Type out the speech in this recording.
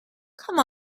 come